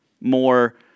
more